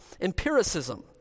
empiricism